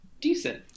decent